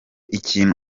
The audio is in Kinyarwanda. ikintu